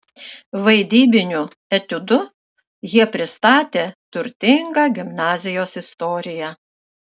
vaidybiniu etiudu jie pristatė turtingą gimnazijos istoriją